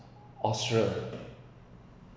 austria